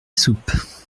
soupe